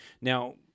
Now